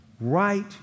right